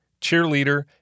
cheerleader